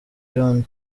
john